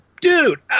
dude